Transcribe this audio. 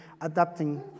adapting